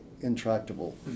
intractable